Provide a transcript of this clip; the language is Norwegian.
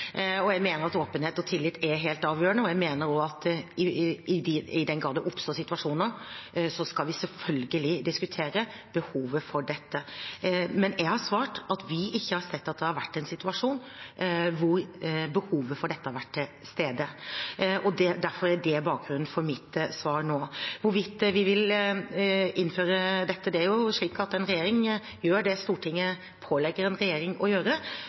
Jeg mener at åpenhet og tillit er helt avgjørende. Jeg mener også at vi, i den grad det oppstår situasjoner, selvfølgelig skal diskutere behovet for dette. Men jeg har svart at vi ikke har sett at det har vært en situasjon hvor behovet for dette har vært til stede. Det er bakgrunnen for mitt svar nå. Hvorvidt vi vil innføre dette: Det er jo slik at en regjering gjør det Stortinget pålegger regjeringen å gjøre,